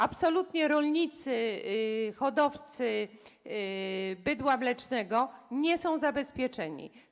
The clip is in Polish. Absolutnie rolnicy, hodowcy bydła mlecznego nie są zabezpieczeni.